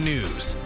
News